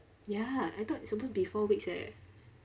ya I thought it's supposed to be four weeks eh